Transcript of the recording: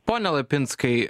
pone lapinskai